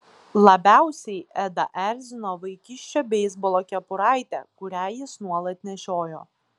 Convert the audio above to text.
labiausiai edą erzino vaikiščio beisbolo kepuraitė kurią jis nuolat nešiojo